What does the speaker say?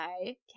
Okay